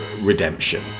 redemption